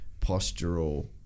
postural